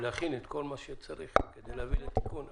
ולהכין את כל מה שצריך כדי להביא לתיקון המצב.